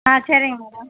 ஆ சரிங்க மேடம்